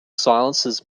silences